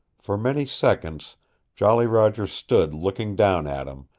for many seconds jolly roger stood looking down at him,